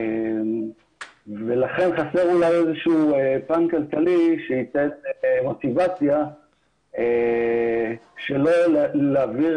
לכן אולי חסר איזשהו פן כלכלי שייתן מוטיבציה שלא להעביר